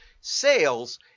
sales